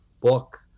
book